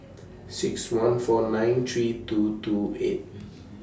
six one four nine three two two eight